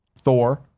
Thor